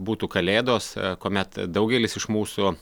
būtų kalėdos kuomet daugelis iš mūsų